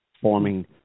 forming